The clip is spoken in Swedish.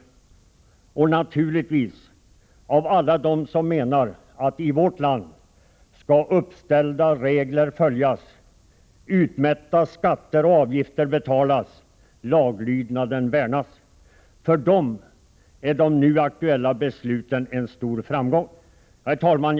Och naturligtvis gäller detta även alla dem som menar att i vårt land skall uppställda regler följas, utmätta skatter och avgifter betalas, laglydnaden värnas. För dem är de nu aktuella besluten en stor framgång! Herr talman!